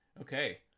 Okay